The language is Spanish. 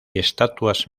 estatuas